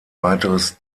weiteres